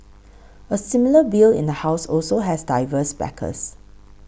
a similar bill in the House also has diverse backers